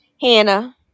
hannah